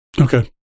okay